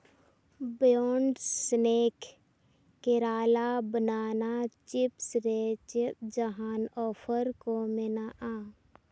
ᱵᱮᱭᱳᱱᱰᱥ snack Kerala banana chips ᱨᱮ ᱪᱮᱫ ᱡᱟᱦᱟᱱ ᱚᱯᱷᱟᱨ ᱠᱚ ᱢᱮᱱᱟᱜᱼᱟ